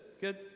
Good